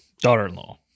daughter-in-law